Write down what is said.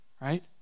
Right